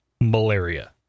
malaria